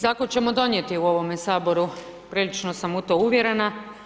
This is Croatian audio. Zakon ćemo donijeti u ovome Saboru, prilično sam u to uvjerena.